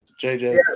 JJ